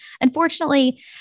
Unfortunately